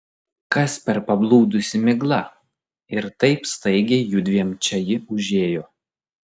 kas per pablūdusi migla ir taip staigiai judviem čia ji užėjo